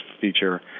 feature